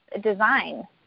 design